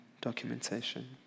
documentation